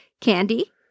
candy